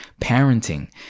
Parenting